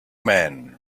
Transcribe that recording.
men